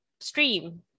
stream